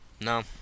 No